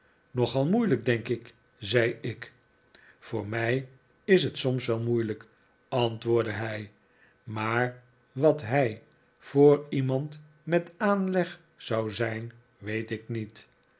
moeilijk denk ik zei ik voor mij is hij soms wel moeilijk antwoordde hij maar wat hij voor iemand met aanleg zou zijn weet ik niet